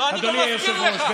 אני גם אסביר לך.